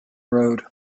road